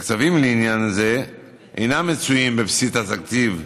תקציבים לעניין זה אינם נמצאים בבסיס התקציב,